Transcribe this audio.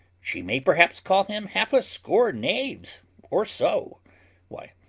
she may perhaps call him half a score knaves or so why,